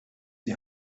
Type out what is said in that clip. die